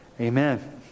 Amen